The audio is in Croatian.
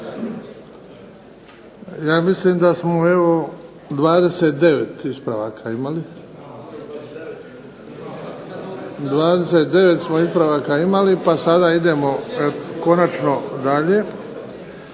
imali. 29 smo ispravaka imali pa sada idemo konačno dalje.